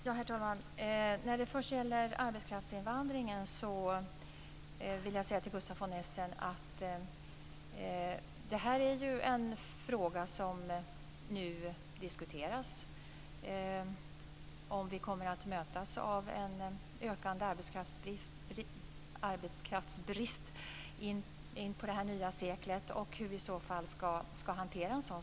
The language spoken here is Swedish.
Herr talman! När det gäller arbetskraftsinvandringen vill jag säga följande till Gustaf von Essen. Detta är en fråga som nu diskuteras, dvs. om vi kommer att mötas av en ökande arbetskraftsbrist in i det nya seklet och hur en sådan situation ska hanteras.